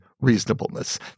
reasonableness